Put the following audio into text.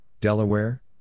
Delaware